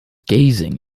gazing